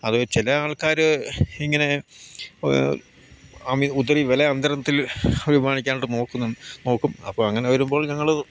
അത് ചില ആൾക്കാർ ഇങ്ങനെ അമി ഒത്തിരി വില അന്തരത്തിൽ വിപമാണിക്കാനണ്ട് നോക്കുന്നു നോക്കും അപ്പം അങ്ങനെ വരുമ്പോൾ ഞങ്ങൾ